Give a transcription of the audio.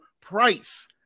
price